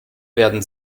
werden